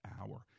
hour